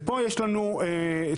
ופה יש לנו תהליך.